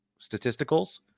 statisticals